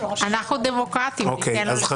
אז בבקשה.